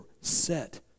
set